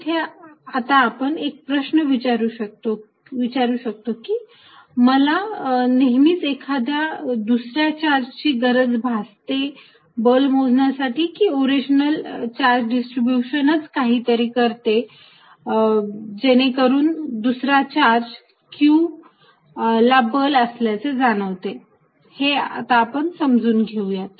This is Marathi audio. इथे आता आपण एक प्रश्न विचारू शकतो की मला नेहमीच एखाद्या दुसऱ्या चार्ज ची गरज भासते का बल मोजण्यासाठी की हे ओरिजनल चार्ज डिस्ट्रीब्यूशनच काहीतरी करते का जेणेकरून दुसरा चार्ज q ला बल असल्याचे जाणवते आपण हे समजून घेऊयात